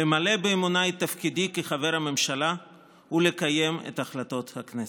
למלא באמונה את תפקידי כחבר הממשלה ולקיים את החלטות הכנסת.